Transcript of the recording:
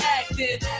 acting